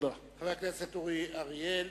חבר הכנסת אורי אריאל,